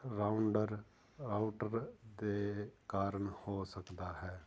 ਰਾਉਂਡਰ router ਦੇ ਕਾਰਨ ਹੋ ਸਕਦਾ ਹੈ